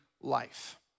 life